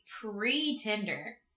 pre-Tinder